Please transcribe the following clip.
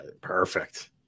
perfect